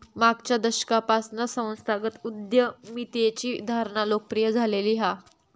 मागच्या दशकापासना संस्थागत उद्यमितेची धारणा लोकप्रिय झालेली हा